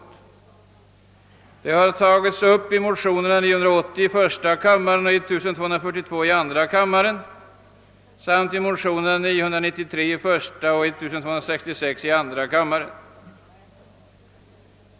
Frågan har tagits upp i motionsparen I: 980 och II: 1242 samt 1:993 och II: 1266.